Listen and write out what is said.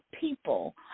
people